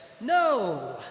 no